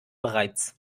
bereits